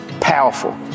Powerful